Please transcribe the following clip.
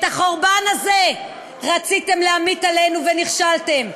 את החורבן הזה רציתם להמיט עלינו ונכשלתם.